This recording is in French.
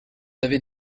avez